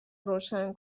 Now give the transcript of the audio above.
روشن